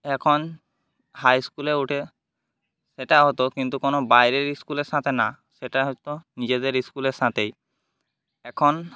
এখন হাইস্কুলে উঠে সেটা হতো কিন্তু কোনো বাইরের কোনো স্কুলের সাথে না সেটা হতো নিজেদের স্কুলের সাথেই এখন